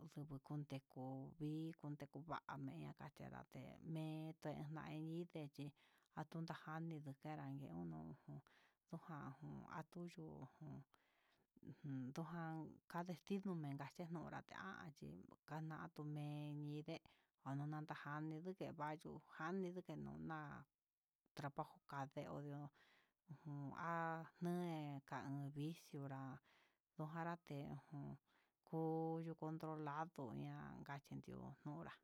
yute kondeko vii kutenkuami nakacherá ndeme tute ñaidé chin atutan janii ndike anrakeno jun, ndutujan antuyuu jun ujun dujan ka'a destino mengache onrandentan chí kanatume'e ñi'i ndee n n ndakani nduke va'a yuu njaní ndike noneva, trabajo kandeodeó ujun há nduen ka'a vixia ojanraté uun koyo controlado ña'a kachindió nonrá.